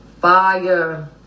fire